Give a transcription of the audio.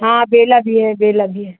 हाँ बेला भी है बेला भी है